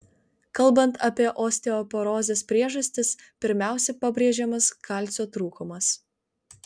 kalbant apie osteoporozės priežastis pirmiausia pabrėžiamas kalcio trūkumas